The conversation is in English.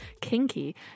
kinky